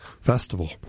festival